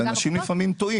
אנשים לפעמים טועים.